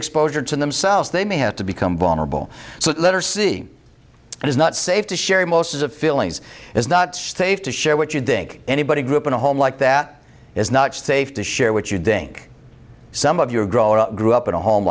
exposure to themselves they may have to become vulnerable so let her see it is not safe to share most of feelings is not safe to share what you think anybody grew up in a home like that is not safe to share what you think some of your growing up grew up in a home